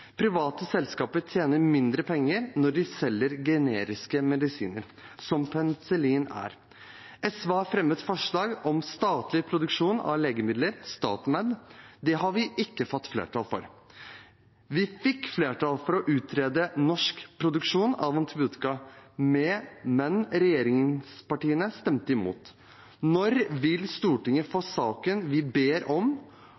Private selskaper tjener mindre penger når de selger generiske medisiner, som penicillin er. SV har fremmet forslag om statlig produksjon av legemidler, StatMed. Det har vi ikke fått flertall for. Vi fikk flertall for å utrede norsk produksjon av antibiotika, men regjeringspartiene stemte imot. Når vil Stortinget få